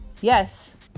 Yes